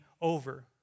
over